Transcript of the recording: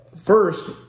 First